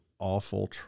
awful